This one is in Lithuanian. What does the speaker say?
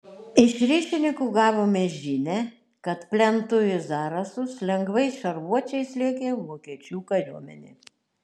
iš ryšininkų gavome žinią kad plentu į zarasus lengvais šarvuočiais lėkė vokiečių kariuomenė